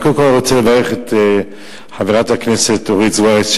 אני רוצה לברך את חברת הכנסת אורית זוארץ,